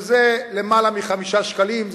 יותר מ-5 שקלים.